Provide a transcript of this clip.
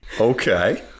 Okay